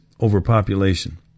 overpopulation